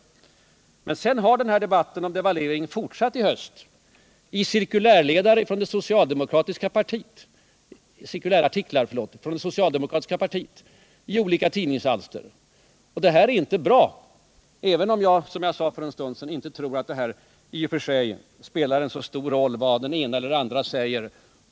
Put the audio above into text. Sedan har den här debatten om devalveringen fortsatt i höst i cirkulärartiklar från det socialdemokratiska partiet i olika tidningsalster. Detta är inte bra, även om jag, som jag sade för en stund sedan, inte tror att det spelar så stor roll vad den ena eller andra säger.